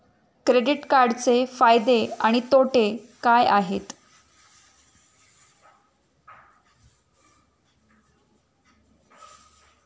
Credit कार्डचे फायदे आणि तोटे काय आहेत?